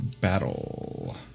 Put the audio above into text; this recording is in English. battle